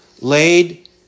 laid